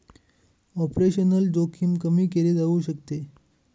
Operational जोखीम कमी केली जाऊ शकते का?